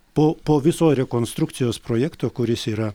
po po viso rekonstrukcijos projekto kuris yra